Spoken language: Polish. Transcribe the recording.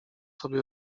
sobie